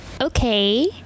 Okay